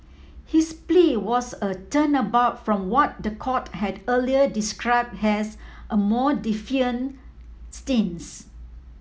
his plea was a turnabout from what the court had earlier described as a more defiant stance